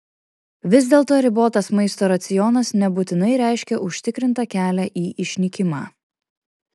vis dėlto ribotas maisto racionas nebūtinai reiškia užtikrintą kelią į išnykimą